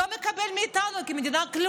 לא מקבל מאיתנו כלום כמדינה?